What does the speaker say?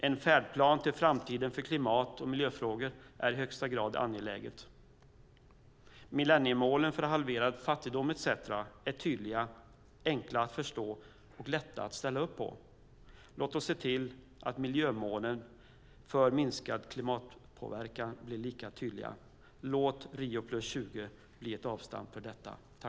En färdplan inför framtiden för klimat och miljöfrågor är i högsta grad något angeläget. Millenniemålen för halverad fattigdom etcetera är tydliga, enkla att förstå och lätta att ställa upp på. Låt oss se till att miljömålen för minskad klimatpåverkan blir lika tydliga! Låt Rio + 20 bli ett avstamp för detta!